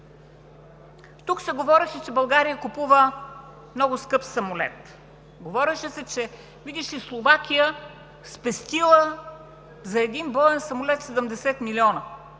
Тук ще говорят, че България купува много скъп самолет. Говореше се, че, видиш ли, Словакия спестила за един боен самолет 70 милиона.